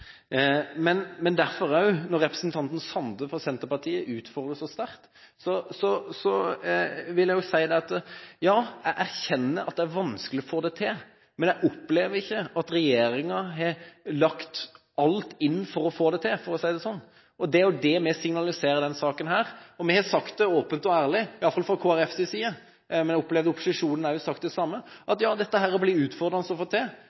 Men når representanten Sande fra Senterpartiet utfordrer så sterkt, vil jeg si: Ja, jeg erkjenner at det er vanskelig å få det til, men jeg opplever ikke at regjeringen har satt inn alt på å få det til, for å si det slik, og det er jo det vi signaliserer i denne saken. Vi har sagt det åpent og ærlig, iallfall fra Kristelig Folkepartis side – men vi opplever at resten av opposisjonen også har sagt det samme – at det blir utfordrende å få dette til.